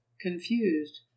confused